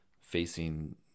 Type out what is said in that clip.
facing